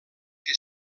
que